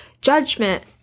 judgment